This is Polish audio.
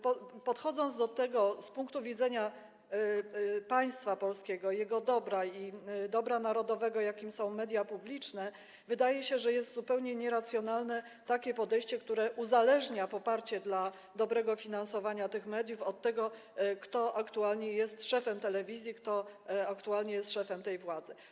Podchodząc więc do tego z punktu widzenia państwa polskiego, jego dobra narodowego, jakim są media publiczne, chcę powiedzieć, że wydaje się, że jest zupełnie nieracjonalne takie podejście, które uzależnia poparcie dla dobrego finansowania tych mediów od tego, kto aktualnie jest szefem telewizji, kto aktualnie jest szefem tej władzy.